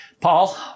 Paul